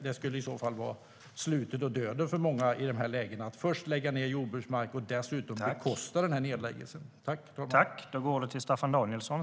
Det skulle i så fall vara slutet och döden för många att först lägga ned jordbruksmark och dessutom bekosta nedläggningarna.